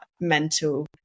mental